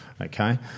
okay